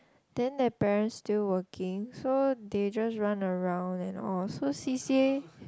then their parents still working so they just run around and all so C_C_A